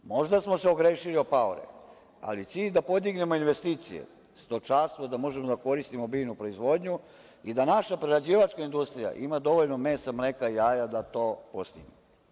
Možda smo se ogrešili o paore, ali cilj da podignemo investicije, stočarstvo da možemo da koristimo biljnu proizvodnju i da naša prerađivačka industrija ima dovoljno mesa, mleka, jaja da to postigne.